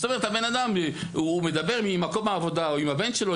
הבן אדם מדבר עם מקום העבודה או עם הבן שלו,